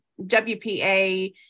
wpa